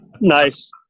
Nice